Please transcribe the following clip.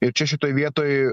ir čia šitoj vietoj